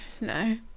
no